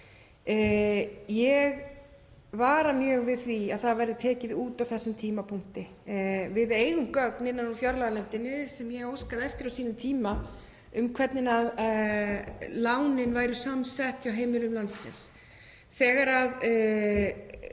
Ég vara mjög við því að það verði tekið út á þessum tímapunkti. Við eigum gögn innan úr fjárlaganefndinni sem ég óskaði eftir á sínum tíma um hvernig lánin væru samsett hjá heimilum landsins.